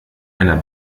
einer